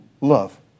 love